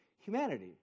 humanity